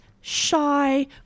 shy